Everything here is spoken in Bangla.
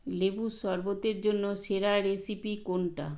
লেবুর সরবতের জন্য সেরা রেসিপি কোনটা